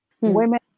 Women